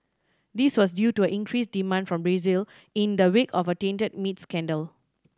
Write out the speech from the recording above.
this was due to an increased demand from Brazil in the wake of a tainted meat scandal